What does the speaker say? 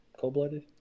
Cold-blooded